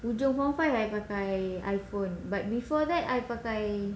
hujung form five I pakai iphone but before that I pakai